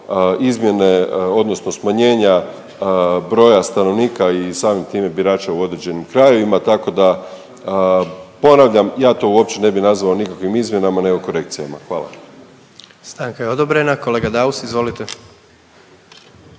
izmjene odnosno smanjenja broja stanovnika i samim time i birača u određenim krajevima, tako da ponavljam ja to uopće ne bi nazvao nikakvim izmjenama nego korekcijama, hvala. **Jandroković, Gordan (HDZ)** Stanka je odobrena. Kolega Daus izvolite.